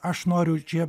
aš noriu čia